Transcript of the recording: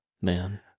man